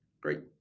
Great